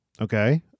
Okay